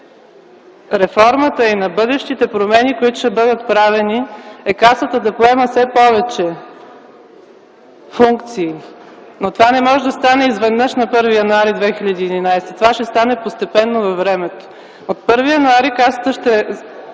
реформата и на бъдещите промени, които ще бъдат правени, е Касата да поема все повече функции. Това не може да стане изведнъж на 1 януари 2011 г. Това ще стане постепенно във времето. От 1 януари Касата ще